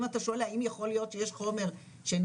אם אתה שואל האם יכול להיות שיש חומר שנמצא